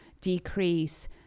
decrease